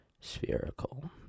spherical